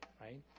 right